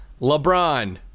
LeBron